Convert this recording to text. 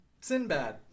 Sinbad